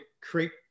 create